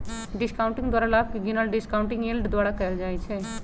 discounting द्वारा लाभ के गिनल डिस्काउंटिंग यील्ड द्वारा कएल जाइ छइ